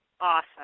awesome